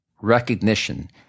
recognition